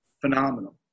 phenomenal